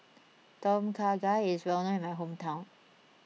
Tom Kha Gai is well known in my hometown